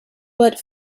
but